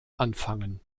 anfangen